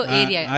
area